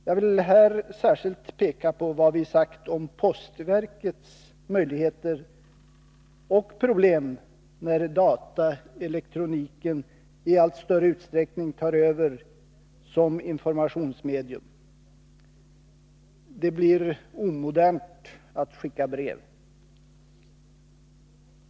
Jag vill här särskilt peka på vad vi sagt om postverkets möjligheter och problem när dataelektroniken i allt större utsträckning tar över som informationsmedium. Det blir omodernt att skicka brev.